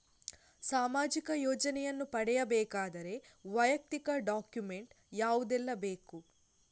ಸಾಮಾಜಿಕ ಯೋಜನೆಯನ್ನು ಪಡೆಯಬೇಕಾದರೆ ವೈಯಕ್ತಿಕ ಡಾಕ್ಯುಮೆಂಟ್ ಯಾವುದೆಲ್ಲ ಬೇಕು?